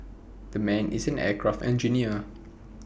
the man is an aircraft engineer